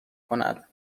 کند